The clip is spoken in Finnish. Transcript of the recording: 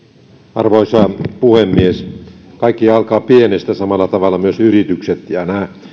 arvoisa puhemies kaikkihan alkaa pienestä samalla tavalla myös yritykset nämä